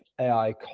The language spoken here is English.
ai